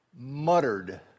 muttered